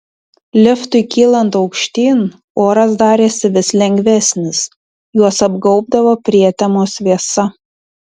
liftui kylant aukštyn oras darėsi vis lengvesnis juos apgaubdavo prietemos vėsa